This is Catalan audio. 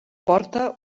porta